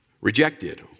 rejected